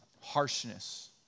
harshness